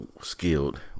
skilled